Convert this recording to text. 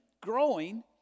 growing